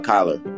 Kyler